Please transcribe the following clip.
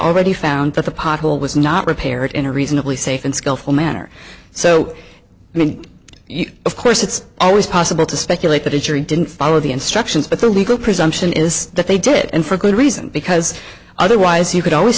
already found that the pothole was not repaired in a reasonably safe and skillful manner so i mean you of course it's always possible to speculate that a jury didn't follow the instructions but the legal presumption is that they did it and for good reason because otherwise you could always